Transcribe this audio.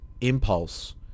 impulse